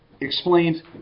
explains